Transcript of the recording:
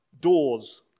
Doors